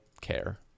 care